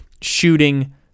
shooting